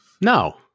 No